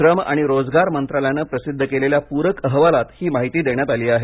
श्रम आणि रोजगार मंत्रालयाने प्रसिद्ध केलेल्या पूरक अहवालात ही माहिती देण्यात आली आहे